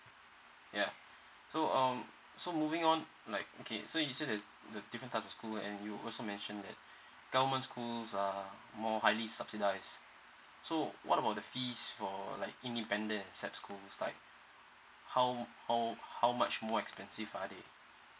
ya so um so moving on like okay so you said that the different typeo of school and you also mention that government schools are more highly subsidise so what about the fees for like independent and S_A_P school like how how how much more expensive are they